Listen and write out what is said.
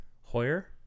Hoyer